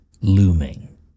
looming